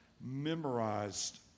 memorized